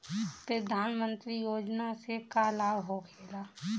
प्रधानमंत्री योजना से का लाभ होखेला?